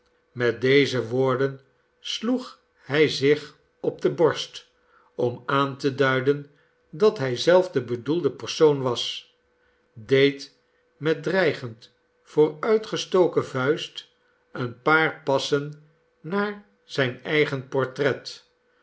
met deze woorden sloeg hij zich op de borst om aan te duiden dat hij zelf de bedoelde persoon was deed met dreigend vooruitgestoken vuist een paar passen naar zijn eigen portret